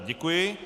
Děkuji.